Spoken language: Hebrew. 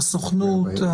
הסוכנות,